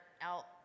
out